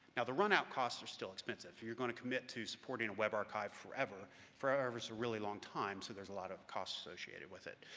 the run-out costs are still expensive, you're going to commit to supporting a web archive forever forever's a really long time, so there's a lot of costs associated with it.